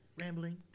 rambling